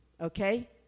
okay